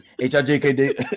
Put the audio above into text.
H-I-J-K-D